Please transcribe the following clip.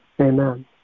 Amen